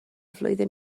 flwyddyn